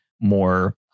more